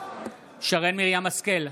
שרן מרים השכל,